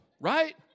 right